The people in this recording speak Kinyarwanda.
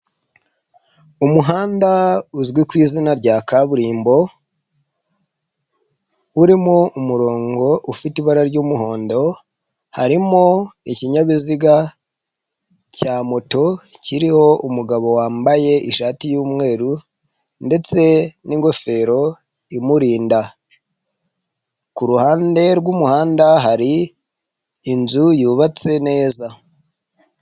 Umuhanda uzwi ku izina rya kaburimbo. Urimo umurongo ufite ibara ry'umuhondo. Harimo ikinyabiziga cya moto kiriho umugabo wambaye ishati y'umweru ndetse n'ingofero imurinda. Kuruhande rw'umuhanda hari inzu yubatse neza.